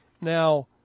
Now